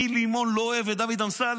גיל לימון לא אוהב את דוד אמסלם.